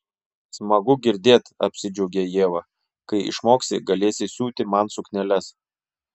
smagu girdėt apsidžiaugė ieva kai išmoksi galėsi siūti man sukneles